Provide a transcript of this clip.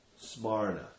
smarna